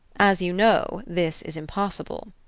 as you know, this is impossible.